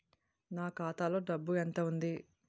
నా ఖాతాలో డబ్బు ఎంత ఉంది?